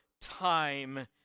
time